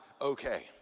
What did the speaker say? okay